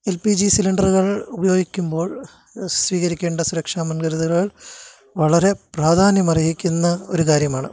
P G സിലിണ്ടറുകൾ ഉപയോഗിക്കുമ്പോൾ അത് സ്വീകരിക്കേണ്ട സുരക്ഷാ മുൻകരുതലുകൾ വളരെ പ്രാധാന്യമർഹിക്കുന്ന ഒരു കാര്യമാണ്